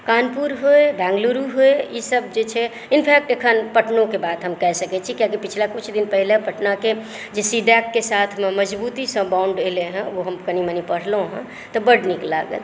कानपुर होए बेंगलुरु होए ई सभ जे छै इनफैक्ट एखन पटनोकेँ बात हम कय सकय छी कियाकि पिछले कुछ दिन पहिले पटनाकेँ जे सीटेटकेँ साथ मजबुतीसँ बाउन्ड एलै हँ ओ हम कनि मनि पढ़लहुँ हँ तऽ ओइ बड़ नीक लागल